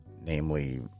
namely